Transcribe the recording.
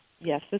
Yes